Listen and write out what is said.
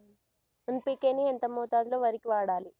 NPK ని ఎంత మోతాదులో వరికి వాడాలి?